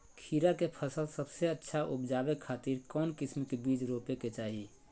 खीरा के फसल सबसे अच्छा उबजावे खातिर कौन किस्म के बीज रोपे के चाही?